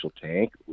tank